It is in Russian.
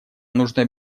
нужно